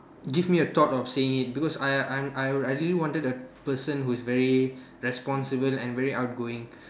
give me a thought of seeing it because I I I really wanted a person who is very responsible and very outgoing